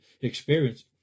experience